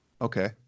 okay